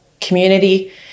community